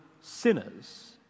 sinners